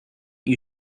you